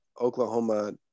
Oklahoma